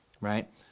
right